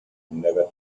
never